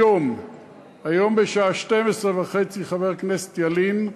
היום בשעה 12:30, חבר הכנסת ילין,